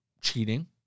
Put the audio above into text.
cheating